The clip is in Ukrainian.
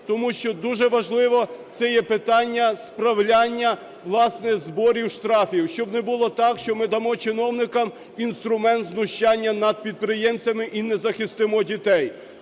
тому що дуже важливо, це є питання справляння, власне, зборів і штрафів, щоб не було так, що ми дамо чиновникам інструмент знущання над підприємцями і не захистимо дітей.